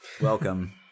Welcome